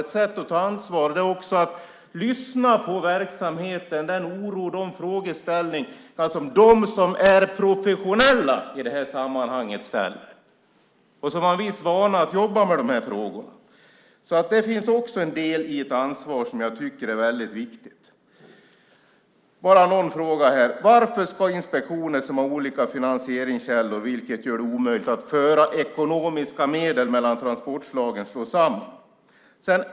Ett sätt att ta ansvar är också att lyssna på företrädare för verksamheten, på deras oro, på de frågor som ställs av dem som är professionella i detta sammanhang och har viss vana av att jobba med frågorna. Det är ett ansvar som jag tycker är väldigt viktigt. Jag har några frågor till. Varför ska inspektioner som har olika finansieringsskäl, vilket gör det omöjligt att föra ekonomiska medel mellan transportslagen, slås samman?